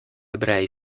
ebrei